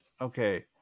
Okay